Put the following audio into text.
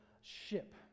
ship